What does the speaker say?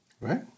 Right